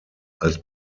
als